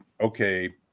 okay